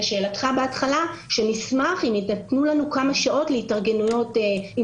לשאלתך בהתחלה הוא שנשמח אם יינתנו לנו כמה שעות להתארגנות עם